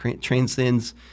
transcends